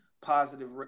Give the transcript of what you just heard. positive